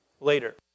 later